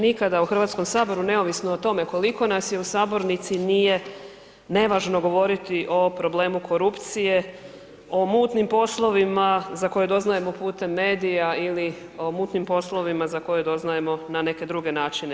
Nikada u Hrvatskom saboru neovisno o tome koliko nas je u sabornici nije nevažno govoriti o problemu korupcije, o mutnim poslovima za koje doznajemo putem medija ili o mutnim poslovima za koje doznajemo na neke druge načine.